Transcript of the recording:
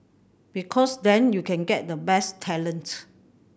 because then you can get the best talent